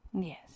yes